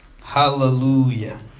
Hallelujah